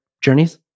journeys